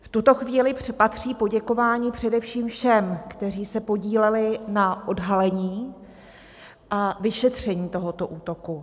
V tuto chvíli patří poděkování především všem, kteří se podíleli na odhalení a vyšetření tohoto útoku.